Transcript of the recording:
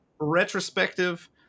retrospective